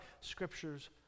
scriptures